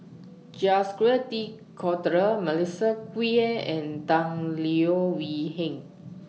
Jacques De Coutre Melissa Kwee and Tan Leo Wee Hin